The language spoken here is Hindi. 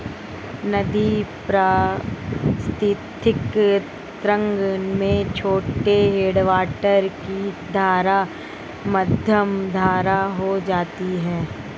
नदी पारिस्थितिक तंत्र में छोटे हैडवाटर की धारा मध्यम धारा हो जाती है